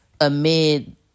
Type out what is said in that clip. amid